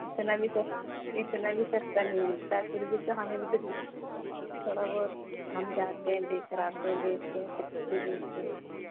اتنا بھی اتنا بھی سَستا نہیں ملتا پھر بھی تو ہمیں بھی تھوڑا بہت ہم جاتے ہیں لے کر آتے ہیں بیچتے ہیں